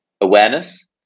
awareness